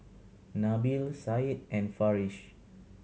Nabil Said and Farish